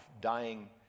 dying